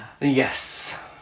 Yes